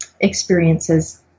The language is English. experiences